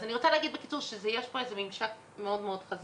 אז אני רוצה להגיד בקיצור שיש פה איזה ממשק מאוד חזק.